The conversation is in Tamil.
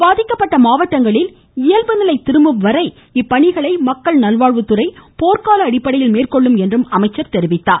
பாதிக்கப்பட்ட மாவட்டங்களில் இயல்பு நிலை திரும்பும் வரை இப்பணிகளை மக்கள் நல்வாழ்வுத்துறை போர்க்கால அடிப்படையில் மேற்கொள்ளும் என்றும் அவர் தெரிவித்தார்